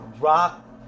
rock